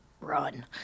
run